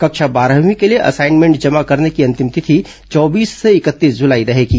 कक्षा बारहवीं के लिए असाइनमेंट जमा करने की अंतिम तिथि चौबीस से इकतीस जलाई तक रहेगी